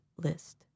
list